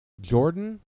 Jordan